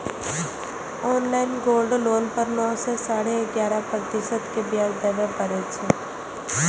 online gold loan पर नौ सं साढ़े ग्यारह प्रतिशत के ब्याज देबय पड़ै छै